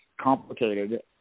complicated